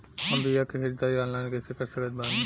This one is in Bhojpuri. हम बीया के ख़रीदारी ऑनलाइन कैसे कर सकत बानी?